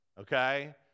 okay